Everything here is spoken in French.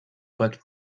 quoique